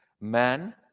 Man